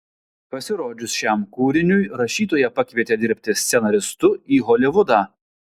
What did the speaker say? pasirodžius šiam kūriniui rašytoją pakvietė dirbti scenaristu į holivudą